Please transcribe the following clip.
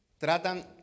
Tratan